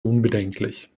unbedenklich